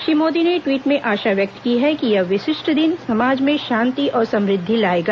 श्री मोदी ने टवीट में आशा व्यक्त की है कि यह विशिष्ट दिन समाज में शांति और समृद्धि लाएगा